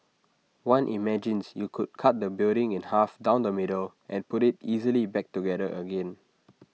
one imagines you could cut the building in half down the middle and put IT easily back together again